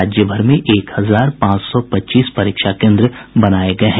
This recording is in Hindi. राज्यभर में एक हजार पांच सौ पच्चीस परीक्षा केन्द्र बनाये गये हैं